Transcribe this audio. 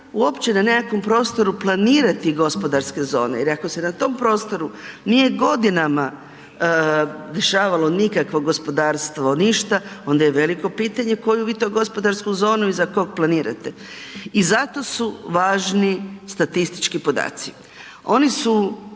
uopće na nekakvom prostoru planirati gospodarske zone jer ako se na tom prostoru nije godinama dešavalo nikakvog gospodarstvo, ništa, onda je veliko pitanje koju vi to gospodarsku zonu i za kog planirate. I zato su važni statistički podaci. Oni su